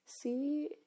see